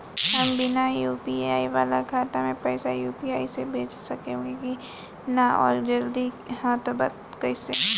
हम बिना यू.पी.आई वाला खाता मे पैसा यू.पी.आई से भेज सकेम की ना और जदि हाँ त कईसे?